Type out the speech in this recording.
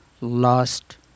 lost